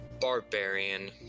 barbarian